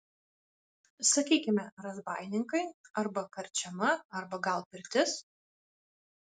sakykime razbaininkai arba karčiama arba gal pirtis